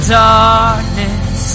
darkness